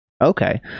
Okay